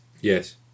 Yes